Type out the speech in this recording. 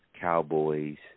Cowboys